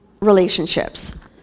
relationships